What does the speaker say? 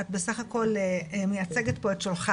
את סך הכל מייצגת פה את שולחייך.